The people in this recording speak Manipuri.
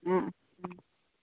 ꯎꯝ